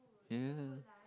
ya